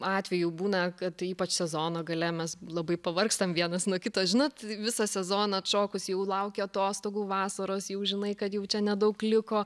atvejų būna kad ypač sezono gale mes labai pavargstam vienas nuo kito žinot visą sezoną atšokus jau lauki atostogų vasaros jau žinai kad jau čia nedaug liko